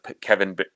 kevin